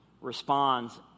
responds